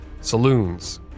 Saloons